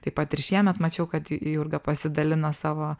taip pat ir šiemet mačiau kad jurga pasidalino savo